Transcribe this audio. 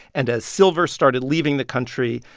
and as silver started leaving the country,